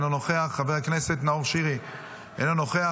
אינו נוכח,